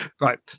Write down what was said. Right